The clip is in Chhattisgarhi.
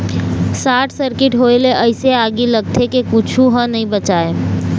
सार्ट सर्किट होए ले अइसे आगी लगथे के कुछू ह नइ बाचय